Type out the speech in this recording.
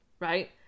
right